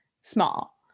small